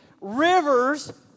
rivers